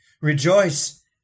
Rejoice